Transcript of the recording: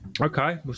Okay